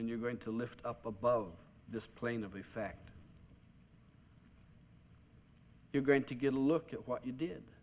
and you're going to lift up above this plane of effect you're going to get a look at what you did